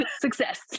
Success